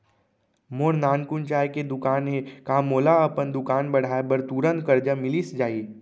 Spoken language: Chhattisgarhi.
मोर नानकुन चाय के दुकान हे का मोला अपन दुकान बढ़ाये बर तुरंत करजा मिलिस जाही?